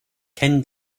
ken